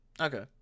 okay